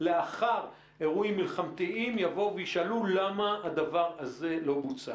לאחר אירועים מלחמתיים יבואו וישאלו: למה הדבר הזה לא בוצע.